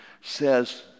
says